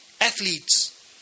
athletes